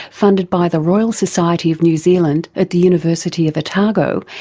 funded by the royal society of new zealand at the university of otago,